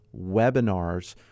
webinars